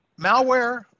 malware